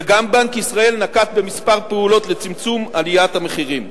וגם בנק ישראל נקט כמה פעולות לצמצום עליית המחירים.